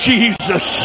Jesus